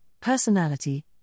personality